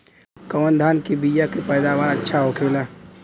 कवन धान के बीया के पैदावार अच्छा होखेला?